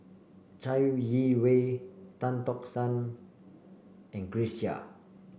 Chai Yee Wei Tan Tock San and Grace Chia